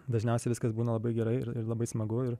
dažniausiai viskas būna labai gerai ir ir labai smagu ir